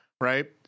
right